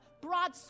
broad